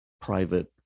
private